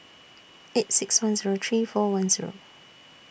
eight six one Zero three four one Zero